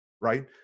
right